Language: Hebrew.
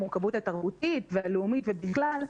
המורכבות התרבותית והלאומית ובכלל.